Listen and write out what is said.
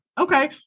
Okay